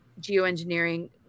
geoengineering